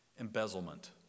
embezzlement